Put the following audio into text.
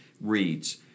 reads